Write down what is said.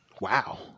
Wow